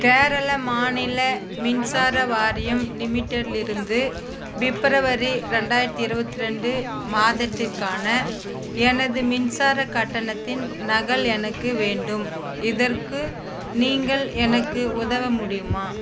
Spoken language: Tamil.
கேரளா மாநில மின்சார வாரியம் லிமிடெட்லிருந்து பிப்ரவரி ரெண்டாயிரத்தி இருபத்தி ரெண்டு மாதத்திற்கான எனது மின்சாரக் கட்டணத்தின் நகல் எனக்கு வேண்டும் இதற்கு நீங்கள் எனக்கு உதவ முடியுமா